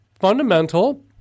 fundamental